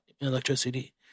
electricity